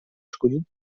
escollit